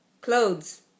clothes